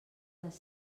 les